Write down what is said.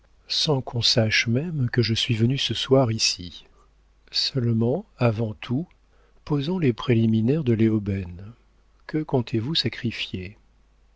sans qu'on sache même que je suis venu ce soir ici seulement avant tout posons les préliminaires de léoben que comptez-vous sacrifier